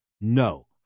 No